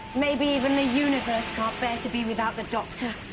maybe even the universe can't bear to be without the doctor.